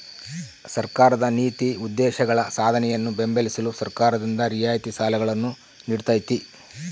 ಸರ್ಕಾರದ ನೀತಿ ಉದ್ದೇಶಗಳ ಸಾಧನೆಯನ್ನು ಬೆಂಬಲಿಸಲು ಸರ್ಕಾರದಿಂದ ರಿಯಾಯಿತಿ ಸಾಲಗಳನ್ನು ನೀಡ್ತೈತಿ